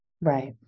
Right